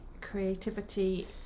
creativity